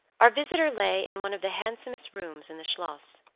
our visitor lay in one of the handsomest rooms in the schloss.